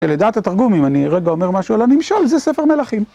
לדעת התרגום, אם אני רגע אומר משהו על הנמשל, זה ספר מלכים.